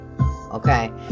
okay